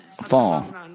fall